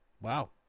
Wow